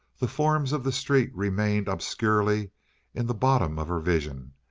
the forms of the street remained obscurely in the bottom of her vision,